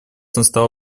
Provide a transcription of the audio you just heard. настало